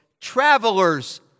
traveler's